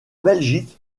belgique